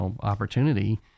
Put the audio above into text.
opportunity